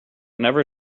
never